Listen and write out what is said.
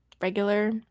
regular